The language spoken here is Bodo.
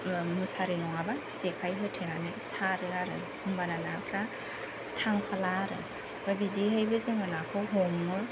मुसारि नङाब्ला जेखाइ होथेनानै सारो आरो होमब्लाना नाफोरा थांफाला आरो ओमफ्राय बिदिहायबो जोङो नाखौ हमो